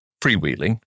freewheeling